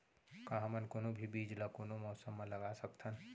का हमन कोनो भी बीज ला कोनो मौसम म लगा सकथन?